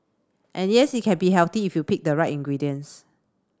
and yes it can be healthy if you pick the right ingredients